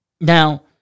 Now